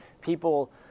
people